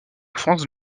offense